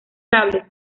cables